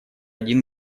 один